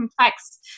complex